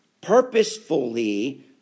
purposefully